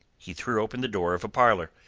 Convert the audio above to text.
he threw open the door of a parlour.